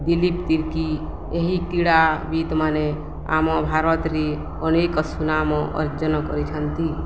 ଦିଲୀପ ତିର୍କି ଏହି କ୍ରୀଡ଼ାବିତ୍ମାନେ ଆମ ଭାରତରେ ଅନେକ ସୁନାମ ଅର୍ଜନ କରିଛନ୍ତି